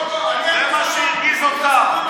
זה מה שהרגיז אותך?